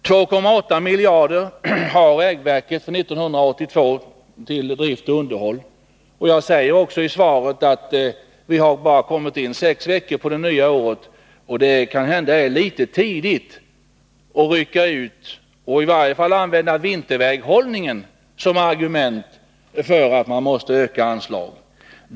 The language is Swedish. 2,8 miljarder har vägverket för 1982 till drift och underhåll. Jag påpekar också i svaret att vi bara har kommit sex veckor in på det nya året, och det är kanske litet väl tidigt att rycka ut och använda vinterväghållningen som argument för att man måste öka anslagen.